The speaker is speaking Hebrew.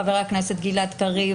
חבר הכנסת גלעד קריב,